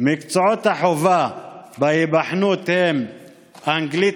מקצועות החובה בהיבחנות הם אנגלית,